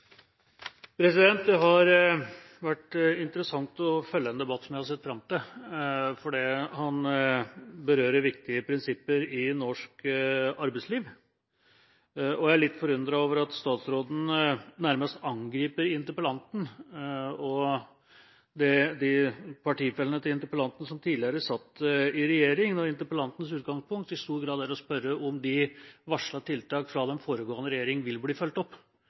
Det har vært interessant å følge en debatt som jeg har sett fram til, fordi den berører viktige prinsipper i norsk arbeidsliv. Jeg er litt forundret over at statsråden nærmest angriper interpellanten og de partifellene til interpellanten som tidligere satt i regjering, når interpellantens utgangspunkt i stor grad er å spørre om de varslede tiltakene fra den foregående regjering vil bli fulgt opp